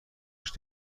کشید